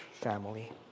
family